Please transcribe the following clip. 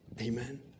Amen